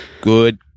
good